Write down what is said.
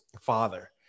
father